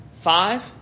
five